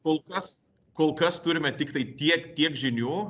kol kas kol kas turime tiktai tiek tiek žinių